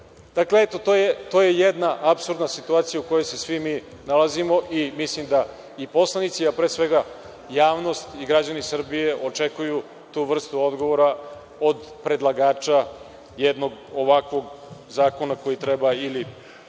za prodaju. To je jedna apsurdna situacija u kojoj se svi mi nalazimo i mislim da i poslanici, a pre svega javnost i građani Srbije, očekuju tu vrstu odgovora od predlagača jednog ovakvog zakona koji treba, ili